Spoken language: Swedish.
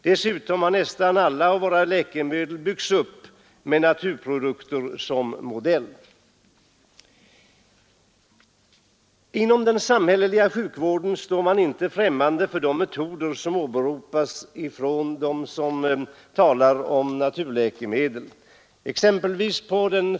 Dessutom har nästan alla våra läkemedel byggts upp med naturprodukter som modell. Inom den samhälleliga sjukvården står man inte främmande för de metoder som åberopas av dem som talar för naturläkemedel.